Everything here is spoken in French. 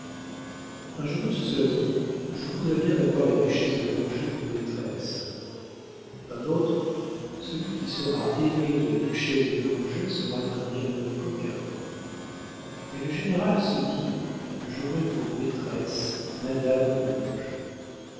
un jeune homme se serait dit je voudrais bien avoir la duchesse de langeais pour maîtresse un autre celui qui sera aimé de la duchesse de langeais sera un bien heureux coquin mais le général se dit j'aurai pour maîtresse madame de langeais